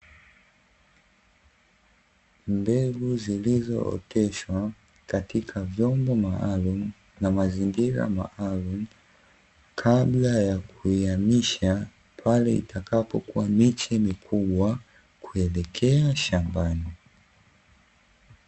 Mbegu zilizooteshwa katika vyombo maalumu na mazingira maalumu, kabla ya kuihamisha pale itakapokuwa miche mikubwa kuelekea shambani.